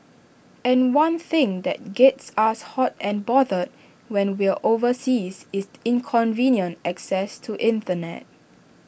and one thing that gets us hot and bothered when we're overseas is inconvenient access to Internet